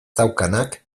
daukanak